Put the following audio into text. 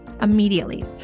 immediately